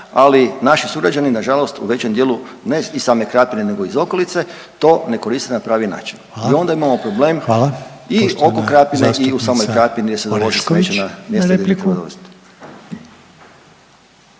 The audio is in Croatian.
ali naši sugrađani nažalost u većem dijelu, ne iz same Krapine nego i iz okolice to ne koriste na pravi način…/Upadica Renier: Hvala/…i onda imamo problem i oko Krapine i u samoj Krapini jer se dovozi smeće na mjesto